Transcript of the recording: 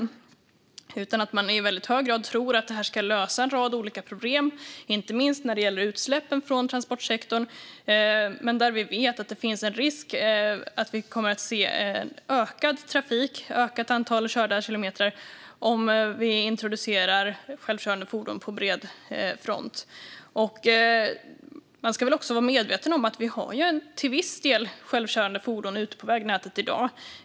I stället tror man i väldigt hög grad att detta ska lösa en rad olika problem, inte minst när det gäller utsläppen från transportsektorn. Där vet vi dock att det finns en risk att vi kommer att se ökad trafik - ett ökat antal körda kilometer - om vi introducerar självkörande fordon på bred front. Man ska väl också vara medveten om att vi till viss del har självkörande fordon ute i vägnätet i dag.